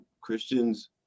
christians